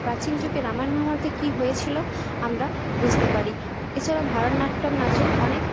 প্রাচীন যুগে রামায়ণ মহাভারতে কী হয়েছিল আমরা বুঝতে পারি এছাড়া ভরতনাট্যম নাচেও অনেক